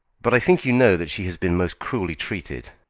but i think you know that she has been most cruelly treated.